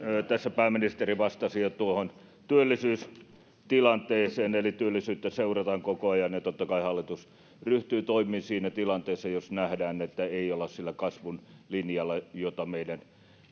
tässä pääministeri jo vastasi tuohon työllisyystilanteeseen eli työllisyyttä seurataan koko ajan ja totta kai hallitus ryhtyy toimiin siinä tilanteessa jos nähdään että ei olla sillä kasvun linjalla jota meidän